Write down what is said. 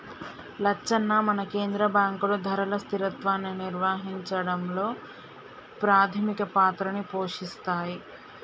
లచ్చన్న మన కేంద్ర బాంకులు ధరల స్థిరత్వాన్ని నిర్వహించడంలో పాధమిక పాత్రని పోషిస్తాయి